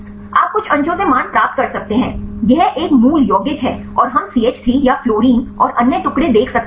आप कुछ अंशों से मान प्राप्त कर सकते हैं यह एक मूल यौगिक है और हम CH3 या फ्लोरीन और अन्य टुकड़े देख सकते हैं